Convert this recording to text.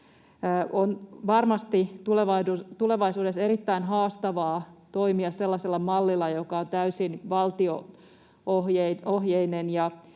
On varmasti tulevaisuudessa erittäin haastavaa toimia sellaisella mallilla, joka on täysin valtion